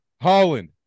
Holland